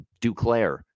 Duclair